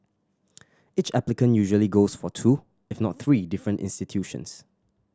each applicant usually goes for two if not three different institutions